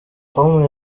com